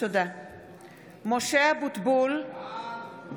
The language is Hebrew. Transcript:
(קוראת בשמות חברי הכנסת) משה אבוטבול, בעד